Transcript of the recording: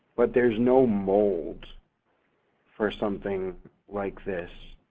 but there's no mold for something like this.